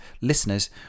listeners